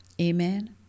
Amen